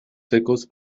secos